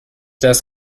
das